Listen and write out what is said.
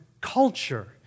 culture